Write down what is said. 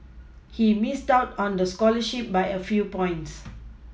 he Missed out on the scholarship by a few points